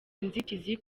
inzitizi